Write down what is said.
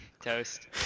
Toast